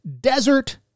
desert